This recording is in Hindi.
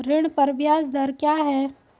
ऋण पर ब्याज दर क्या है?